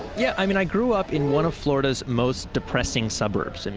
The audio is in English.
yeah, i mean i grew up in one of florida's most depressing suburbs. and